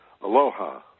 Aloha